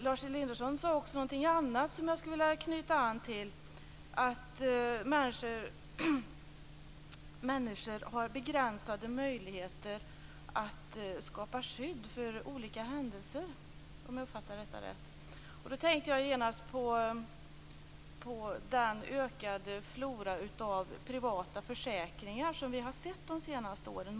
Lars Elinderson sade också någonting annat som jag skulle vilja knyta an till, nämligen att människor har begränsade möjligheter att skapa skydd för olika händelser, om jag uppfattade det rätt. Jag tänkte då genast på den ökade flora av privata försäkringar som vi har sett de senaste åren.